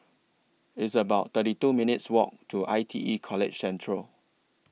It's about thirty two minutes' Walk to I T E College Central